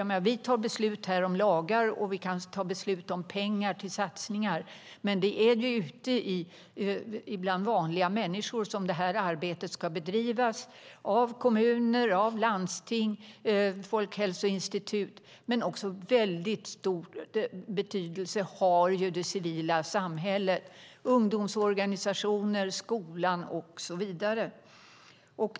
Vi tar här beslut om lagar och pengar till satsningar, men det är ute bland vanliga människor som arbetet ska bedrivas av kommuner, landsting, Folkhälsoinstitutet, och en mycket stor betydelse har också det civila samhället, ungdomsorganisationer, skolor och så vidare.